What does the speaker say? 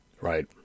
Right